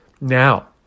Now